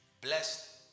Blessed